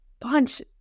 bunch